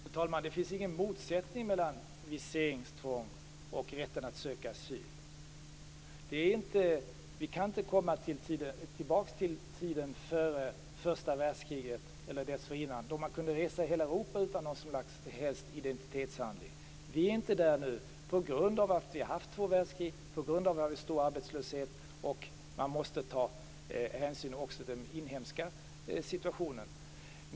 Fru talman! Det finns ingen motsättning mellan viseringstvång och rätten att söka asyl. Vi kan inte komma tillbaka till tiden före första världskriget då man kunde resa i hela Europa utan någon som helst identitetshandling. Vi är inte där nu på grund av att vi har haft två världskrig och på grund av att vi har stor arbetslöshet. Man måste ta hänsyn också till den inhemska situationen.